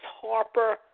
Harper